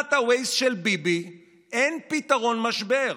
בתוכנת Waze של ביבי אין פתרון למשבר,